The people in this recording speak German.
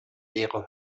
leere